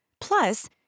Plus